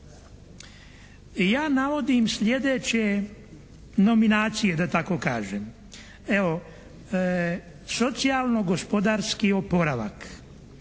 Ja navodim sljedeće nominacije da tako kažem. Evo, socijalno gospodarski oporavak.